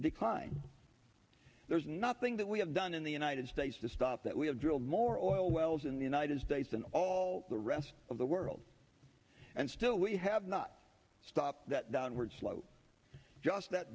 decline there's nothing that we have done in the united states to stop that we have drilled more oil wells in the united states than all the rest of the world and still we have not stopped that downward slope just that